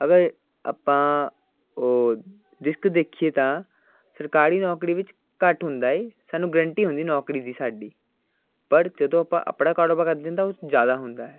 ਅਗਰ ਆਪਾਂ ਰਿਸਕ ਦੇਖੀਏ ਤਾਂ ਸਰਕਾਰੀ ਨੌਕਰੀ ਵਿੱਚ ਘੱਟ ਹੁੰਦਾ ਹੈ ਸਾਨੂੰ ਗਰੰਟੀ ਹੁੰਦੀ ਨੌਕਰੀ ਦੀ ਸਾਡੀ ਪਰ ਜਦੋਂ ਆਪਾਂ ਆਪਣਾ ਕਾੜੋਬਾੜ ਕਰਦੇ ਹਾਂ ਤਾਂ ਉਹ ਜ਼ਿਆਦਾ ਹੁੰਦਾ ਹੈ